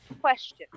Question